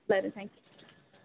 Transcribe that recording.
बरें थँक्यू